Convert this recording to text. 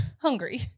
hungry